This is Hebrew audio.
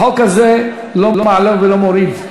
החוק הזה לא מעלה ולא מוריד.